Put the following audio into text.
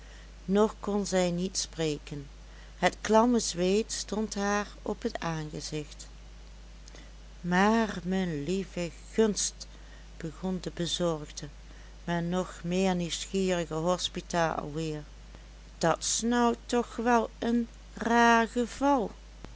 nog kon zij niet spreken het klamme zweet stond haar op het aangezicht maar me lieve gunst begon de bezorgde maar nog meer nieuwsgierige hospita alweer dat's nou toch wel een raar geval